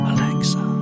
Alexa